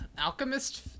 Alchemist